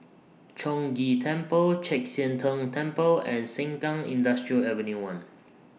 Chong Ghee Temple Chek Sian Tng Temple and Sengkang Industrial Avenue one